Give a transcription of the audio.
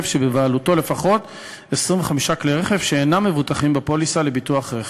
שבבעלותו לפחות 25 כלי רכב שאינם מבוטחים בפוליסה לביטוח רכב.